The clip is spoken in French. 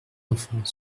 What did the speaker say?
enfants